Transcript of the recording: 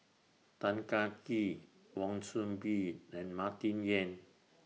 Tan Kah Kee Wan Soon Bee and Martin Yan